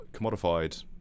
commodified